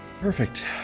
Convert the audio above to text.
Perfect